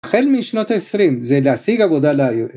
החל משנות ה-20 זה להשיג עבודה לעיר...